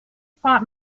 pont